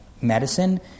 medicine